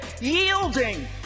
yielding